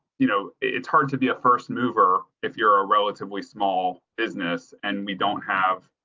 you know, it's hard to the first mover if you're a relatively small business and we don't have.